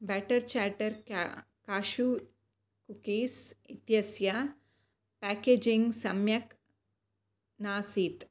butter चाटर् cashew cookies इत्यस्य packaging सम्यक् नासीत्